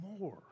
more